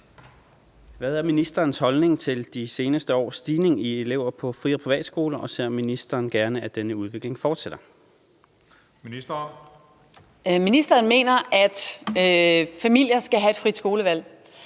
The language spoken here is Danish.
Hvad er ministerens holdning til de seneste års stigning i antallet af elever på fri- og privatskoler, og ser ministeren gerne, at denne udvikling fortsætter? Tredje næstformand (Christian